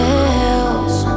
else